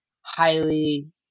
highly